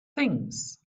things